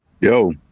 Yo